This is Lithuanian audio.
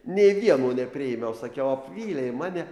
nė vieno nepriėmiau sakiau apvylei mane